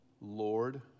Lord